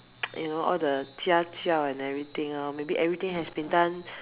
you know all the 家教 and everything lor maybe everything has been done